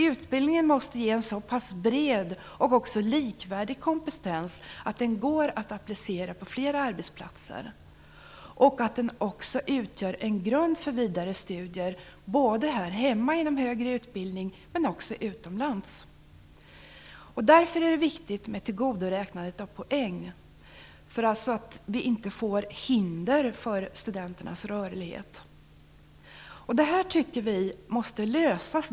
Utbildningen måste ge en så pass bred och också likvärdig kompetens att den går att applicera på flera arbetsplatser och att den också utgör en grund för vidare studier både här hemma och utomlands. Det är därför viktigt med tillgodoräknandet av poäng så att studenternas rörlighet inte hindras.